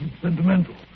Sentimental